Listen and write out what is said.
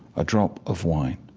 a drop of wine.